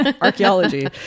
archaeology